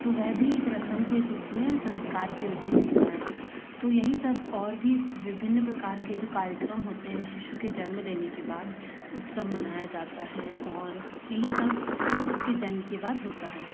तो वह भी एक रस्म के रूप में या संस्कार के रूप में होता है तो यही सब और भी विभिन्न प्रकार के जो कार्यक्रम होते हैं शिशु के जन्म लेने के बाद उत्सव मनाया जाता है और यही सब उसके जन्म के बाद होता है